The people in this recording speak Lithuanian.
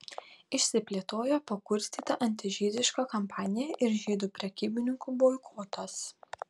išsiplėtojo pakurstyta antižydiška kampanija ir žydų prekybininkų boikotas